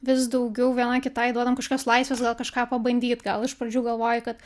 vis daugiau viena kitai duodam kažkokios laisvės gal kažką pabandyt gal iš pradžių galvoji kad